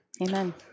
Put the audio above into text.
Amen